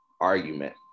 argument